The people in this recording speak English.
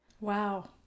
Wow